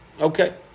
Okay